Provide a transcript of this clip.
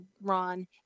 Ron